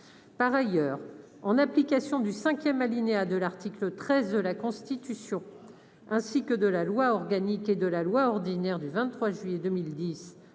par ailleurs, en application du cinquième alinéa de l'article 13 de la Constitution, ainsi que de la loi organique et de la loi ordinaire du 23 juillet 2010